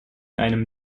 einem